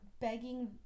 begging